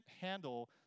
handle